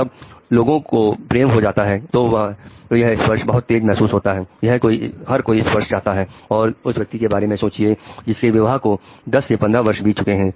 जब लोगों को प्रेम हो जाता है तो यह स्पर्श बहुत तेज महसूस होता है हर कोई स्पर्श चाहता है और उस व्यक्ति के बारे में सोचिए जिसके विवाह को 10 से 15 वर्ष बीत चुका है